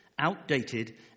outdated